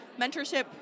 mentorship